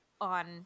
on